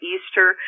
Easter